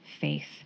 faith